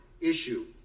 issue